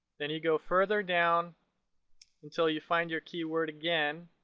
then you go further down until you find your keyword again.